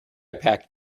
pack